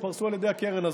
ייפרסו על ידי הקרן הזאת.